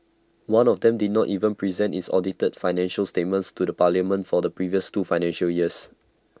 one of them did not even present its audited financial statements to the parliament for the previous two financial years